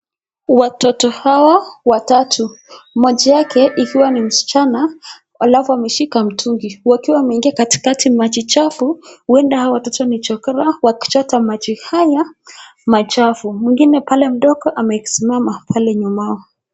Watoto hawa watau. Moja yake ikiwa ni msichana halafu ameishika mtungi wakiwa wameingia katikati maji chafu huenda hao watoto ni chokoraa wa kuchota maji haya machafu. Mwengine pale mdogo amesimama pale nyuma yao.